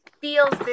feels